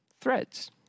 threads